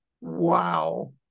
Wow